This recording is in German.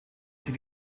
sie